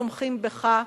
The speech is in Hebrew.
ותומכים בך,